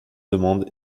demande